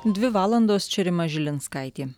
dvi valandos čia rima žilinskaitė